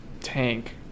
tank